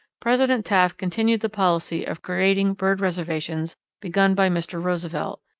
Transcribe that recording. president taft continued the policy of creating bird reservations begun by mr. roosevelt,